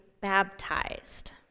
baptized